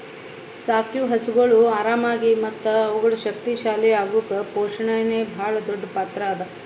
ಸಾಕಿವು ಹಸುಗೊಳ್ ಆರಾಮಾಗಿ ಮತ್ತ ಅವುಗಳು ಶಕ್ತಿ ಶಾಲಿ ಅಗುಕ್ ಪೋಷಣೆನೇ ಭಾಳ್ ದೊಡ್ಡ್ ಪಾತ್ರ ಅದಾ